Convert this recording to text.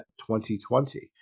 2020